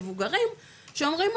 מבוגרים שאומרים,